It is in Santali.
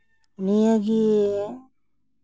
ᱱᱤᱭᱟᱹ ᱜᱮ